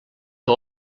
que